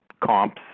comps